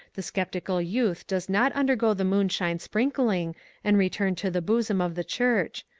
the sceptical youth does not undergo the moonshine-sprinkling and return to the bosom of the church,